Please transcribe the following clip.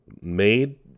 made